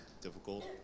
difficult